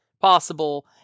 possible